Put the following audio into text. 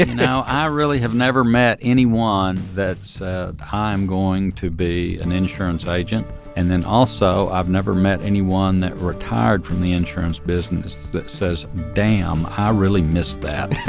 now i really have never met anyone that i'm going to be an insurance agent and then also i've never met anyone that retired from the insurance business that says damn i really miss that